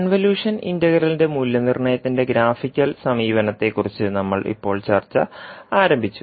convolution ഇന്റഗ്രലിന്റെ മൂല്യനിർണ്ണയത്തിന്റെ graphical സമീപനത്തെക്കുറിച്ച് നമ്മൾ ഇപ്പോൾ ചർച്ച ആരംഭിച്ചു